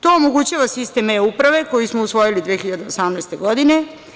To omogućava sistem e-uprave, koji smo usvojili 2018. godine.